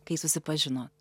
kai susipažinot